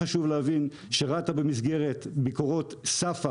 חשוב להבין שבמסגרת ביקורות SAFA,